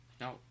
No